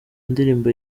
ndirimbo